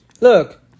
Look